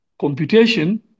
computation